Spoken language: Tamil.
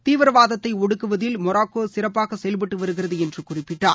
தீவிரவாதத்தை ஒடுக்குவதில் மொராக்கோ சிறப்பாக செயல்பட்டு வருகிறது என்று குறிப்பிட்டார்